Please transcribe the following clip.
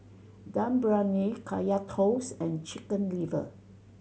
Dum Briyani Kaya Toast and Chicken Liver